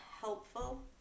helpful